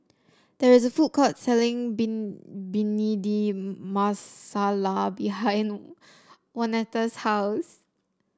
there is a food court selling Bean Bhindi Masala behind Waneta's house